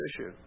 issue